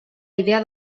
idea